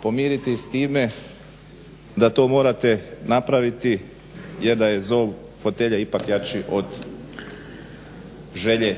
pomiriti sa time da to morate napraviti, jer da je zov fotelje ipak jači od želje